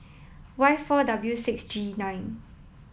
Y four W six G nine